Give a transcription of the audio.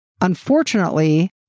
Unfortunately